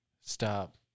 stop